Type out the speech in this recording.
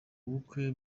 bukwe